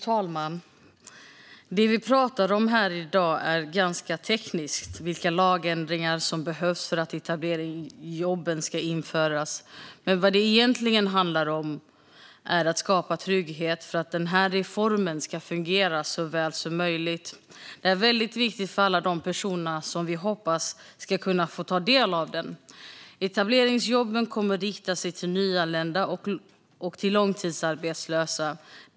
Fru talman! Det vi pratar om här i dag är ganska tekniskt. Det handlar om vilka lagändringar som behövs för att etableringsjobben ska kunna införas. Vad det egentligen handlar om är att skapa trygghet för att reformen ska fungera så väl som möjligt. Det är väldigt viktigt för alla de personer som vi hoppas ska kunna få ta del av den. Etableringsjobben kommer att rikta sig till nyanlända och långtidsarbetslösa.